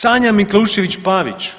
Sanja Miklaušević Pavić